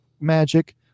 Magic